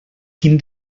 quin